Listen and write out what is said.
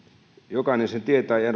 jokainen sen tietää ja